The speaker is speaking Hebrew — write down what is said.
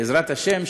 בעזרת השם,